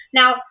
now